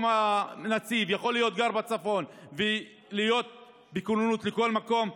הנציב יכול לגור בצפון ולהיות בכוננות לכל מקום,